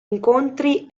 incontri